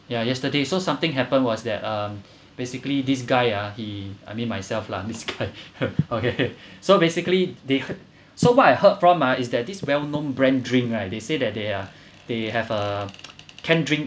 ya yesterday so something happened was that uh basically this guy ah he I mean myself lah this guy !huh! okay so basically they heard so what I heard from ah is that this well known brand drink ah they say that they are they have a canned drink